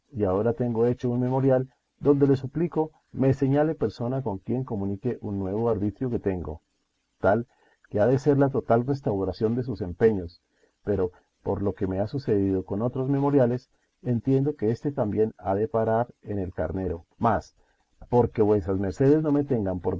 y ahora tengo hecho un memorial donde le suplico me señale persona con quien comunique un nuevo arbitrio que tengo tal que ha de ser la total restauración de sus empeños pero por lo que me ha sucedido con otros memoriales entiendo que éste también ha de parar en el carnero mas porque vuesas mercedes no me tengan